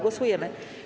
Głosujemy.